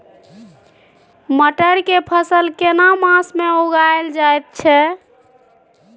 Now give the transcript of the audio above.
मटर के फसल केना मास में उगायल जायत छै?